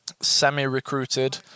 semi-recruited